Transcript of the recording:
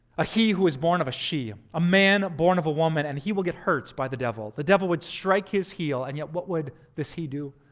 a he who was born of a she. um a man born of a woman and he will get hurt by the devil. the devil would strike his heel and yet, what would this he do?